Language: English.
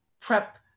prep